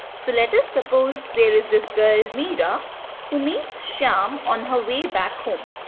so, let's suppose there is this girl meera who meets shyam on her way back home.